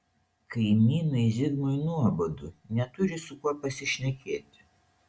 kaimynui zigmui nuobodu neturi su kuo pasišnekėti